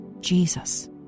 Jesus